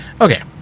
Okay